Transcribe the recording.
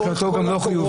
--- לבידוד.